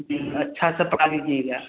जी अच्छा से पका लीजिएगा